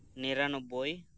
ᱱᱤᱨᱟ ᱱᱚᱵᱵᱚᱭ